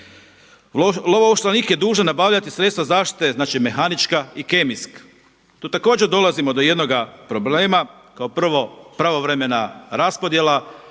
Lovo ovlaštenik je dužan nabavljati sredstva zaštite, znači mehanička i kemijska. Tu također dolazimo do jednoga problema. Kao prvo pravovremena raspodjela,